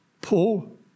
Paul